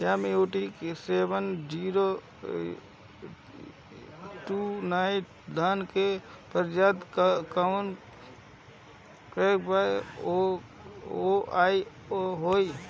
MUT seven zero two nine धान के प्रजाति कवने खेत मै बोआई होई?